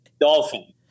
Dolphin